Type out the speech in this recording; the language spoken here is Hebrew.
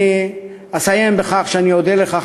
אני אסיים בכך שאני אודה לך,